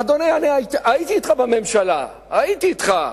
אדוני, אני הייתי אתך בממשלה, הייתי אתך,